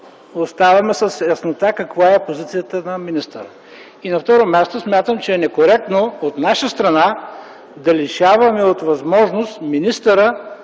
оставаме с яснота каква е позицията на министъра. На второ място, смятам, че е некоректно от наша страна да лишаваме от възможност министъра